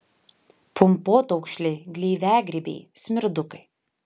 pumpotaukšliai gleiviagrybiai smirdukai